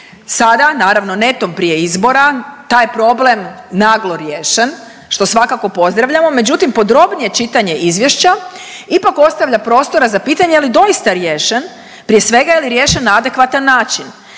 Sada naravno netom prije izbora taj je problem naglo riješen, što svakako pozdravljamo, međutim podrobnije čitanje izvješća ipak ostavlja prostora za pitanje je li doista riješen, prije svega je li riješen na adekvatan način.